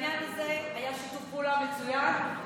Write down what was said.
ובעניין הזה היה שיתוף פעולה מצוין.